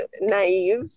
naive